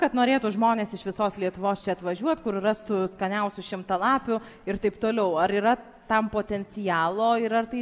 kad norėtų žmonės iš visos lietuvos čia atvažiuot kur rastų skaniausių šimtalapių ir taip toliau ar yra tam potencialo ir ar tai